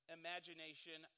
imagination